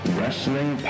Wrestling